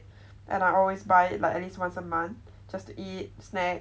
and I always buy like at least once a month just to eat snack